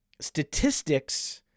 statistics